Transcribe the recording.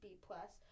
B-plus